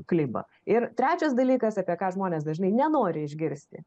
kliba ir trečias dalykas apie ką žmonės dažnai nenori išgirsti